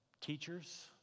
teachers